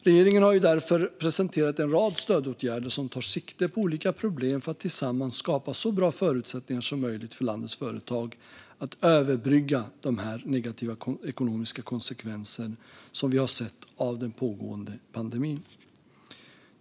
Regeringen har därför presenterat en rad stödåtgärder som tar sikte på olika problem för att tillsammans skapa så bra förutsättningar som möjligt för landets företag att överbrygga de negativa ekonomiska konsekvenser som vi har sett av den pågående pandemin.